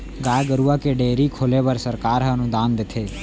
गाय गरूवा के डेयरी खोले बर सरकार ह अनुदान देथे